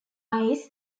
eyes